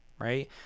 right